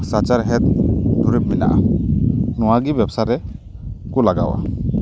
ᱥᱟᱪᱟᱨᱦᱮᱫ ᱫᱩᱨᱤᱵ ᱢᱮᱱᱟᱜᱼᱟ ᱱᱚᱣᱟᱜᱮ ᱵᱮᱵᱽᱥᱟᱨᱮ ᱠᱚ ᱞᱟᱜᱟᱣᱟ